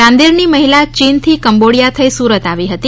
રાંદેરની મહિલા ચીનથી કોમ્બોડિયા થઇ સુરત આવી હતી